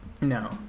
No